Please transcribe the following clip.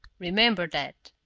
remember that.